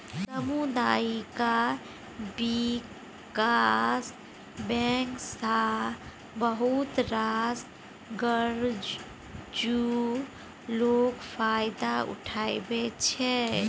सामुदायिक बिकास बैंक सँ बहुत रास गरजु लोक फायदा उठबै छै